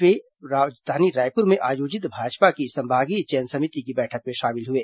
वे आज रायपुर में आयोजित भाजपा की संभागीय चयन समिति की बैठक में शामिल हुए